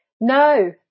No